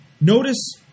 Notice